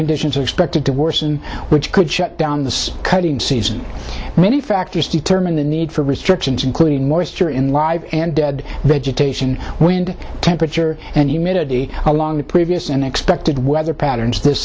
conditions are expected to worsen which could shut down the cutting season many factors determine the need for restrictions including moisture in live and dead vegetation wind temperature and humidity along with previous and expected weather patterns this